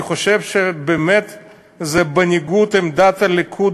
אני חושב שזה באמת בניגוד לעמדת הליכוד,